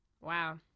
Wow